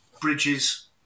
bridges